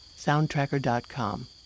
Soundtracker.com